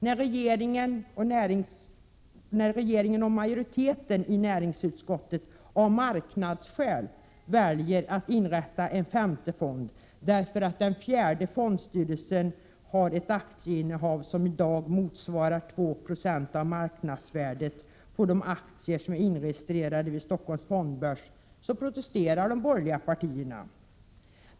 När regeringen och majoriteten i näringsutskottet av marknadsskäl väljer att inrätta en femte fond, därför att den fjärde fondstyrelsen har ett aktieinnehav som i dag motsvarar 2 76 av marknadsvärdet på de aktier som är inregistrerade vid Stockholms fondbörs, protesterar de borgerliga partierna.